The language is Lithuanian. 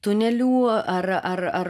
tunelių ar ar ar